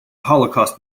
holocaust